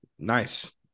Nice